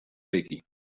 بگین